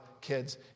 kids